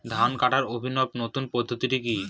ধান কাটার অভিনব নতুন পদ্ধতিটি কি?